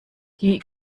die